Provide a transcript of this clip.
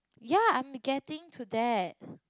ya I'm getting to that